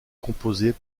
composées